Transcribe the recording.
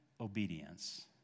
obedience